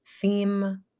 theme